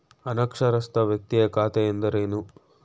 ಅನಕ್ಷರಸ್ಥ ವ್ಯಕ್ತಿಯ ಖಾತೆ ಎಂದರೇನು?